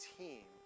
team